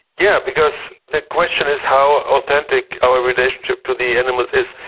yeah because the question is how authentic our relationship to the animals is.